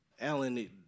Alan